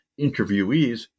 interviewees